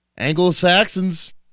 Anglo-Saxons